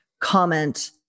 comment